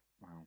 Wow